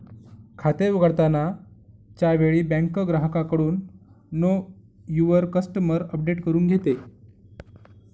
खाते उघडताना च्या वेळी बँक ग्राहकाकडून नो युवर कस्टमर अपडेट करून घेते